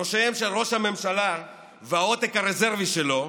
בראשיהם של ראש הממשלה והעותק הרזרבי שלו,